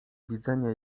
widzenia